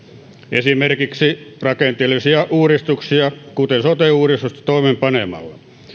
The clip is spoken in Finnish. esimerkiksi toimeenpanemalla rakenteellisia uudistuksia kuten sote uudistus